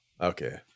okay